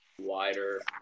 wider